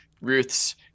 Ruth's